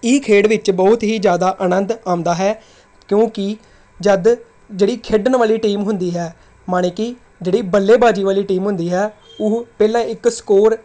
ਇਹ ਖੇਡ ਵਿੱਚ ਬਹੁਤ ਹੀ ਜ਼ਿਆਦਾ ਆਨੰਦ ਆਉਂਦਾ ਹੈ ਕਿਉਂਕਿ ਜਦ ਜਿਹੜੀ ਖੇਡਣ ਵਾਲੀ ਟੀਮ ਹੁੰਦੀ ਹੈ ਮਾਣੀ ਕਿ ਜਿਹੜੀ ਬੱਲੇਬਾਜ਼ੀ ਵਾਲੀ ਟੀਮ ਹੁੰਦੀ ਹੈ ਉਹ ਪਹਿਲਾਂ ਇੱਕ ਸਕੋਰ